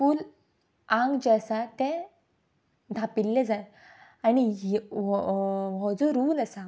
फूल आंग जें आसा तें धांपिल्लें जाय आनी हो हो जो रूल आसा